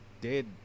dead